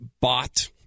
bought